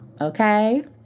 okay